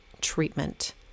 treatment